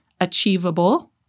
Achievable